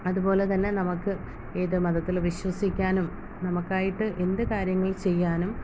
അതുപോലെ തന്നെ നമുക്ക് ഏക മതത്തിൽ വിശ്വസിക്കാനും നമുക്കായിട്ട് എന്ത് കാര്യങ്ങൾ ചെയ്യാനും